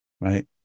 right